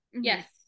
Yes